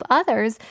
others